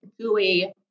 gooey